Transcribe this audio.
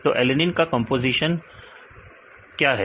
तो एलेनिन का कंपोजीशन क्या है